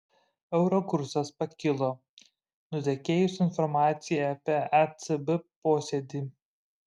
euro kursas pakilo nutekėjus informacijai apie ecb posėdį